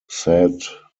said